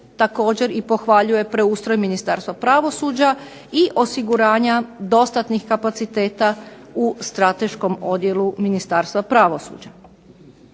također i pohvaljuje preustroj Ministarstva pravosuđa, i osiguranja dostatnih kapaciteta u strateškom odjelu Ministarstva pravosuđa.